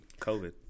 COVID